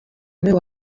meu